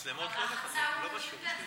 המצלמות לא בחדרי השירותים.